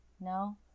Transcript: no